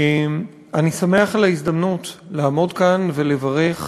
אני שמח על ההזדמנות לעמוד כאן ולברך